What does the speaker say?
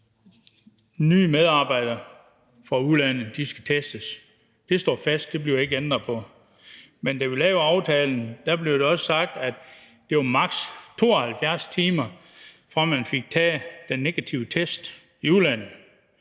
nye medarbejdere fra udlandet skal testes. Det står fast, og det bliver der ikke ændret på. Men da vi lavede aftalen, blev der også sagt, at det var maks. 72 timer, fra man fik taget den negative test i udlandet.